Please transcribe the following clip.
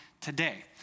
today